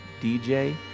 DJ